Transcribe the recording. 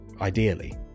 ideally